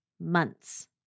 months